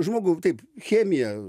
žmogų taip chemija